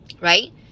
right